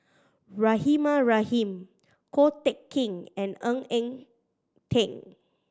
Rahimah Rahim Ko Teck Kin and Ng Eng Teng